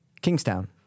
Kingstown